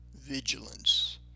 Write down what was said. vigilance